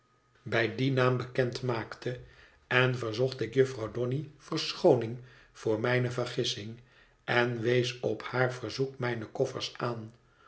bij dien naam bekend maakte en verzocht ik jufvrouw donny verschooning voor mijne vergissing en wees op haar verzoek mijne koffers aan